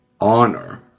honor